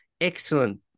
excellent